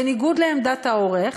בניגוד לעמדת העורך,